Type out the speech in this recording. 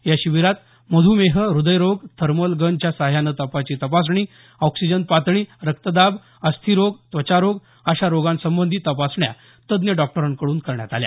या शिबिरामध्ये मधुमेह हृदयरोग थर्मल गनच्या साह्याने तापाची तपासणी ऑक्सिजन पातळी रक्तदाब अस्थीरोग त्वचारोग अशा रोगासंबंधी तपासण्या तज्ञ डॉक्टरांकडून करण्यात आल्या